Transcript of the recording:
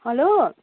hello